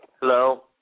Hello